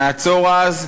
נעצור אז,